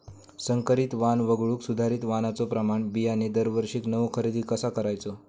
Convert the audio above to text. संकरित वाण वगळुक सुधारित वाणाचो प्रमाण बियाणे दरवर्षीक नवो खरेदी कसा करायचो?